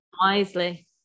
Wisely